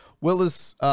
Willis